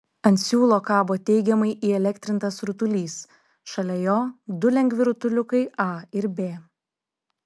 ant siūlo kabo teigiamai įelektrintas rutulys šalia jo du lengvi rutuliukai a ir b